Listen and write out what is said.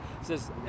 Says